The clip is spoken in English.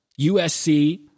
USC